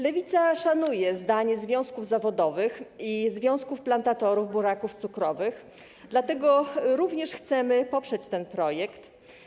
Lewica szanuje zdanie związków zawodowych i związków plantatorów buraków cukrowych, dlatego również chcemy poprzeć ten projekt.